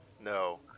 No